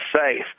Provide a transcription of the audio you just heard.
safe